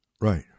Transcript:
Right